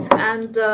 and